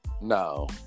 No